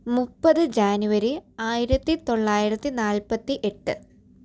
മുപ്പത് ജാനുവരി ആയിരത്തി തൊള്ളായിരത്തി നാല്പത്തെട്ട്